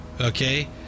Okay